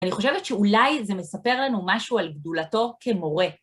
אני חושבת שאולי זה מספר לנו משהו על גדולתו כמורה.